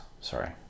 Sorry